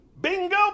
Bingo